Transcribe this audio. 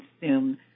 consume